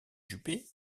juppé